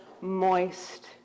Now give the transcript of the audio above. moist